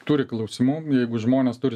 turi klausimų jeigu žmonės turi